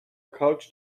couch